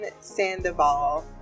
sandoval